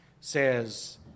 says